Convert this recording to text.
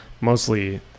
mostly